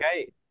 Okay